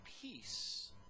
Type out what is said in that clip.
peace